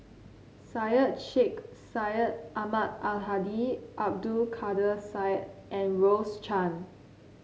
Syed Sheikh Syed Ahmad Al Hadi Abdul Kadir Syed and Rose Chan